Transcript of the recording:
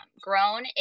grown